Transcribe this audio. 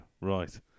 right